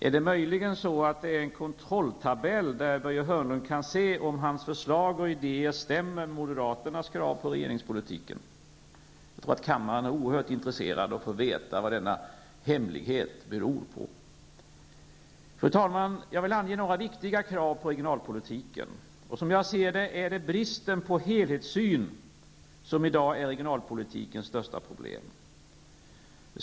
Är det möjligen en kontrolltabell, av vilken Börje Hörnlund kan utläsa om hans förslag och idéer överensstämmer med moderaternas krav på regeringspolitiken? Jag tror att kammaren är oerhört intresserad av att få veta vad detta hemlighetsmakeri beror på. Fru talman! Jag vill så ange några viktiga krav på regionalpolitiken. För det första vill jag peka på följande. Som jag ser det hela är det bristen på en helhetssyn som i dag är regionalpolitikens största problem.